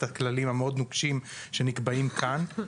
הכללים המאוד נוקשים שמציעים לקבוע כאן,